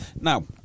Now